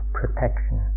protection